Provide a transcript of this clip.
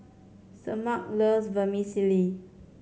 Semaj loves Vermicelli